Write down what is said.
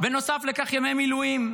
ובנוסף לכך ימי מילואים,